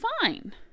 fine